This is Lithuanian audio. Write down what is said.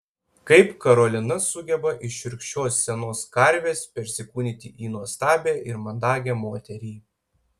kaip karolina sugeba iš šiurkščios senos karvės persikūnyti į nuostabią ir mandagią moterį